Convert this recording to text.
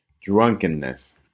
drunkenness